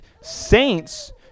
saints